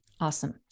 Awesome